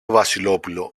βασιλόπουλο